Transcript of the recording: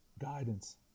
Guidance